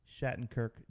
Shattenkirk